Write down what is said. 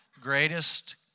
Greatest